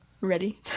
Ready